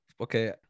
okay